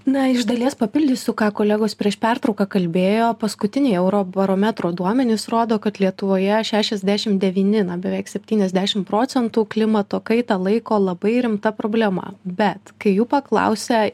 na iš dalies papildysiu ką kolegos prieš pertrauką kalbėjo paskutiniai eurobarometro duomenys rodo kad lietuvoje šešiasdešimt devyni na beveik septyniasdešimt procentų klimato kaitą laiko labai rimta problema bet kai jų paklausia